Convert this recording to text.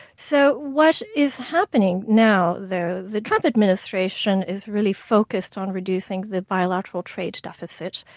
so what is happening now though, the trump administration is really focused on reducing the bilateral trade deficit.